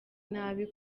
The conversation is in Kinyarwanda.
nabi